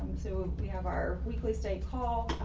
so we have our weekly stay call,